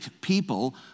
people